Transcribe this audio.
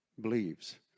believes